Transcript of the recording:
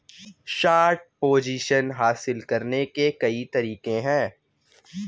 short position हासिल करने के कई तरीके हैं